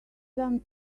some